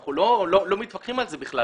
אנחנו לא מתווכחים על זה בכלל.